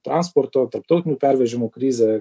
transporto tarptautinių pervežimų krizė